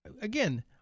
Again